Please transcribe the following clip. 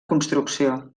construcció